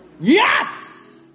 Yes